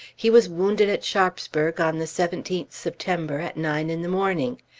he was wounded at sharpsburg on the seventeenth september, at nine in the morning.